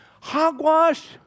Hogwash